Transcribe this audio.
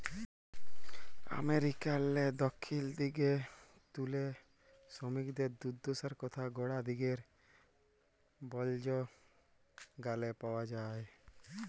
আমেরিকারলে দখ্খিল দিগে তুলে সমিকদের দুদ্দশার কথা গড়া দিগের বল্জ গালে পাউয়া যায়